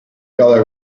cada